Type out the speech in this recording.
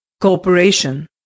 Corporation